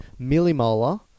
millimolar